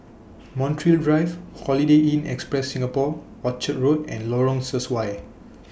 Montreal Drive Holiday Inn Express Singapore Orchard Road and Lorong Sesuai